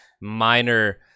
minor